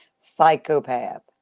Psychopath